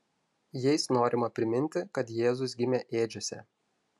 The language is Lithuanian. jais norima priminti kad jėzus gimė ėdžiose